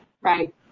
Right